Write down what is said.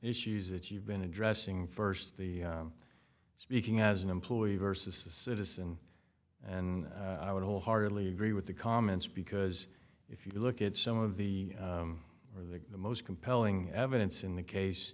issues that you've been addressing first speaking as an employee versus a citizen and i would wholeheartedly agree with the comments because if you look at some of the or the most compelling evidence in the case